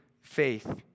faith